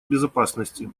безопасности